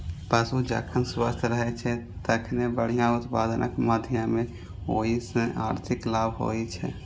पशु जखन स्वस्थ रहै छै, तखने बढ़िया उत्पादनक माध्यमे ओइ सं आर्थिक लाभ होइ छै